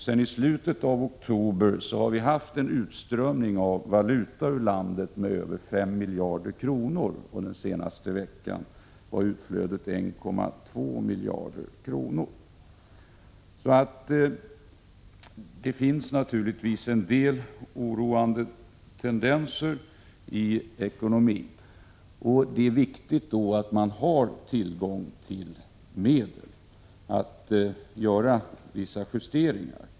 Sedan i slutet av oktober har vi haft en utströmning av valuta ur landet med över 5 miljarder, och den senaste veckan var utflödet 1,2 miljarder kronor. Det finns naturligtvis en del oroande tendenser i ekonomin, och då är det viktigt att man har tillgång till medel att göra vissa justeringar.